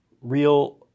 real